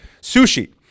Sushi